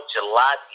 July